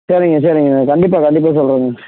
சரிங்க சரிங்க கண்டிப்பாக கண்டிப்பாக சொல்றேங்க